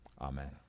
amen